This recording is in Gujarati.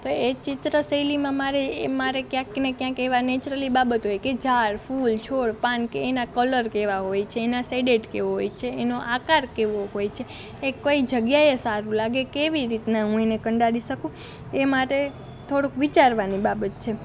તો એ ચિત્ર શૈલીમાં મારે એ મારે ક્યાંક ને ક્યાંક એવાં નેચરલી બાબત હોય કે ઝાડ ફૂલ છોડ પાન કે એનાં કલર કેવા હોય છે એના શેડેડ કેવો હોય છે એનો આકાર કેવો હોય છે એ કોઈ જગ્યાએ સારું લાગે કેવી રીતનાં હું એને કંડારી શકું એ માટે થોડુંક વિચારવાની બાબત છે